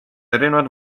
erinevaid